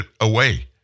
away